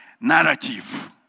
narrative